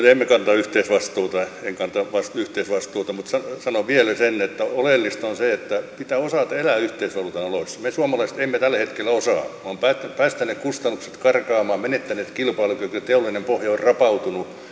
emme kannata yhteisvastuuta en kannata yhteisvastuuta mutta sanon vielä sen että oleellista on se että pitää osata elää yhteisvaluutan oloissa me suomalaiset emme tällä hetkellä osaa me olemme päästäneet kustannukset karkaamaan menettäneet kilpailukykymme teollinen pohja on rapautunut